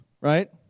right